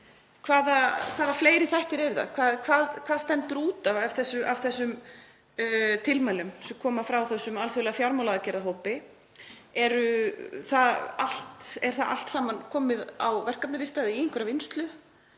hvaða fleiri þættir eru það? Hvað stendur út af af þessum tilmælum sem komu frá þessum alþjóðlega fjármálaaðgerðahópi? Er það allt saman komið á verkefnalista eða í einhverja vinnslu?